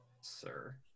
sir